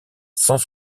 sans